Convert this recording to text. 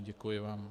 Děkuji vám.